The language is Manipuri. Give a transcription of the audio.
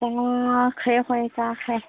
ꯑꯩꯈꯣꯏ ꯆꯥꯈ꯭ꯔꯦ